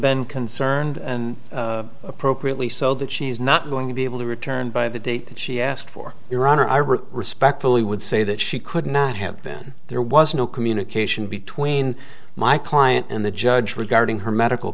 been concerned and appropriately so that she's not going to be able to return by the date she asked for your honor i wrote respectfully would say that she could not have then there was no communication between my client and the judge regarding her medical